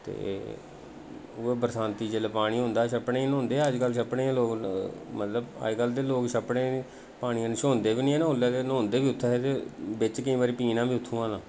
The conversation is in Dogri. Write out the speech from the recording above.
ते उ'ऐ बरसांती जेल्लै पानी होंदा हा छप्पड़ें न्हौंदे हे अजकल छप्पड़ें ते लोक मतलब अजकल ते लोक छप्पड़ें दे पानिये नै छोंह्दे बी नेईं हैन उसलै न्हौंदे बी उत्थै ते बिच केईं बारी पीना बी उत्थूं दा